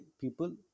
people